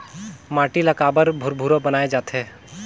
माटी ला काबर भुरभुरा बनाय जाथे?